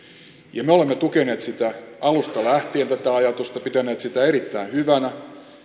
ja me olemme tukeneet sitä ajatusta alusta lähtien pitäneet sitä erittäin hyvänä